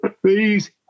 Please